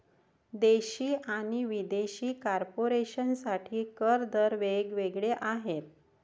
देशी आणि विदेशी कॉर्पोरेशन साठी कर दर वेग वेगळे आहेत